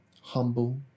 humble